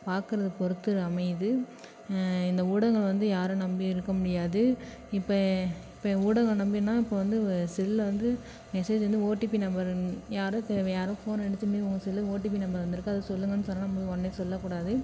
பார்க்கறது பொறுத்து அமையுது இந்த ஊடகங்கள் வந்து யார நம்பியும் இருக்க முடியாது இப்போ இப்போ ஊடகம் நம்பினால் இப்போது வந்து வ செல்லில் வந்து மெசேஜ் வந்து ஓடிபி நம்பர் யாரும் யாரும் ஃபோன் அடித்து இது மாதிரி உன் செல்லுக்கு ஓடிபி நம்பர் வந்துருக்குது அதை சொல்லுங்கன்னு சொன்னால் நம்ம உடனே சொல்லக்கூடாது